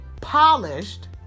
polished